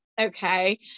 Okay